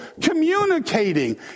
Communicating